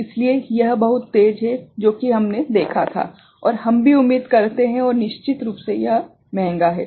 इसलिए यह बहुत तेज है जो कि हमने देखा था और हम भी उम्मीद करते हैं और निश्चित रूप से यह महंगा है